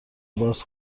باز